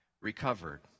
recovered